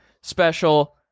Special